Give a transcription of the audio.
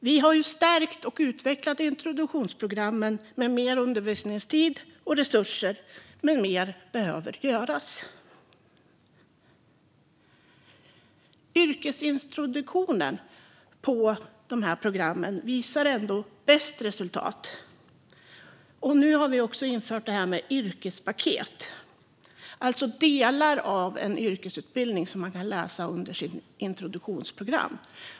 Vi har ju stärkt och utvecklat introduktionsprogrammen med mer undervisningstid och resurser, men mer behöver göras. Yrkesintroduktionen ger bäst resultat, och vi har också infört yrkespaket, vilket innebär att man kan läsa delar av en yrkesutbildning under introduktionsprogrammet.